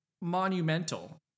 monumental